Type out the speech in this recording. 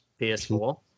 PS4